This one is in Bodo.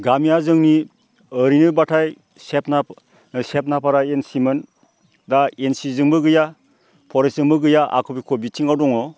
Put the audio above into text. गामिया जोंनि ओरैनोबाथाय सेबनाफारा एनसिमोन दा एनसिजोंबो गैया फरेस्टजोंबो गैया आख' फाख' बिथिङाव दङ